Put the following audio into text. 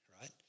Right